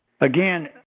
again